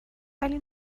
ولی